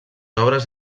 obres